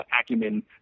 acumen